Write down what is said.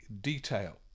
detail